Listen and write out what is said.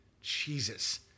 Jesus